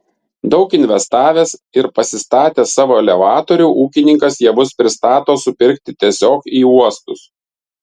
daug investavęs ir pasistatęs savo elevatorių ūkininkas javus pristato supirkti tiesiog į uostus